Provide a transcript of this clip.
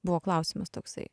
buvo klausimas toksai